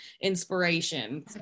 inspiration